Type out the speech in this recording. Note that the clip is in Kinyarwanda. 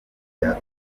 bya